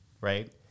right